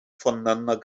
voneinander